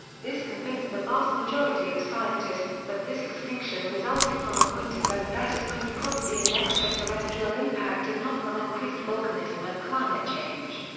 this convinced the vast majority of scientists that this extinction resulted from a point event that is most probably an extraterrestrial impact and not from increased volcanism and climate change.